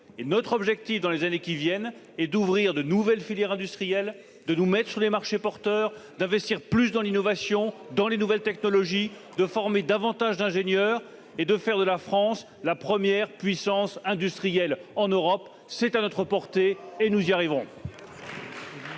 Notre objectif, dans les années qui viennent, est d'ouvrir de nouvelles filières industrielles, de nous placer sur les marchés porteurs, d'investir davantage dans l'innovation et dans les nouvelles technologies, de former plus d'ingénieurs et de faire de la France la première puissance industrielle en Europe. C'est à notre portée, et nous y arriverons